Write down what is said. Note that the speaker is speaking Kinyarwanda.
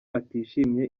atishimiye